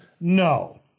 no